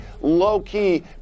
low-key